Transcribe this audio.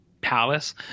palace